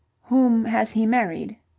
whom has he married?